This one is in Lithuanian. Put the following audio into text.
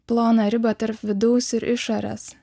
ploną ribą tarp vidaus ir išorės